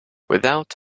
without